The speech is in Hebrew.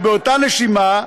הרי באותה נשימה,